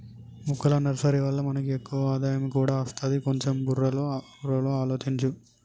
మొక్కల నర్సరీ వల్ల మనకి ఎక్కువ ఆదాయం కూడా అస్తది, కొంచెం బుర్రలో ఆలోచించు